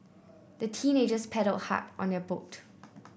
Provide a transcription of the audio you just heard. the teenagers paddled hard on their boat